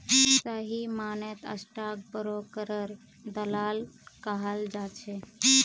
सही मायनेत स्टाक ब्रोकरक दलाल कहाल जा छे